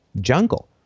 jungle